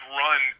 run